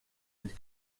and